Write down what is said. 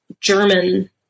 German